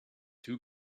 too